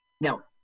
now